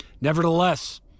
Nevertheless